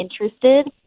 interested